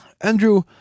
Andrew